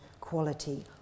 quality